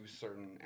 certain